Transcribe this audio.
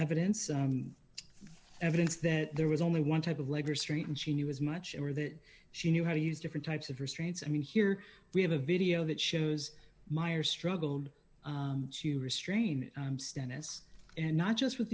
evidence evidence that there was only one type of leg or street and she knew as much or that she knew how to use different types of restraints i mean here we have a video that shows meyer struggled to restrain stannis and not just with